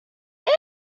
and